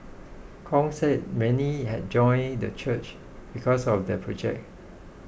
Kong said many had joined the church because of the project